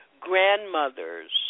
grandmothers